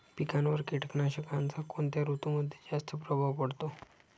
पिकांवर कीटकनाशकांचा कोणत्या ऋतूमध्ये जास्त प्रभाव पडतो?